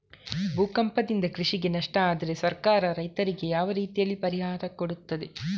ಭೂಕಂಪದಿಂದ ಕೃಷಿಗೆ ನಷ್ಟ ಆದ್ರೆ ಸರ್ಕಾರ ರೈತರಿಗೆ ಯಾವ ರೀತಿಯಲ್ಲಿ ಪರಿಹಾರ ಕೊಡ್ತದೆ?